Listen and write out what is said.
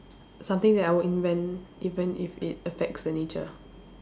something that I would invent even if it affects the nature